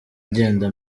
ngenda